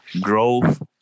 growth